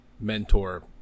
mentor